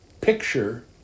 picture